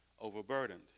overburdened